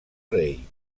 rei